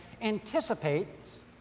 anticipates